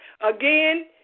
Again